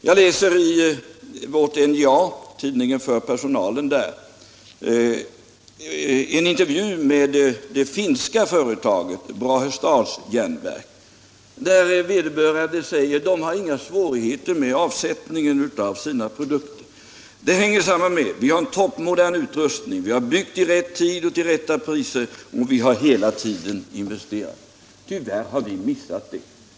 Jag läser i Vårt NJA, tidningen för personalen på NJA, en intervju med representanter för det finska företaget Brahestads järnverk. Vederbörande säger att de inte har några svårigheter med avsättningen av sina produkter. Det hänger samman med, säger man, att ”vi har en toppmodern utrustning, vi har byggt i rätt tid till rätta priser och vi har hela tiden investerat”. — Tyvärr har vi missat det.